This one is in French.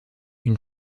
une